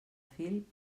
fil